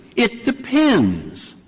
it depends.